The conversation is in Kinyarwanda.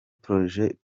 projet